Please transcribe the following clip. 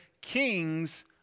kings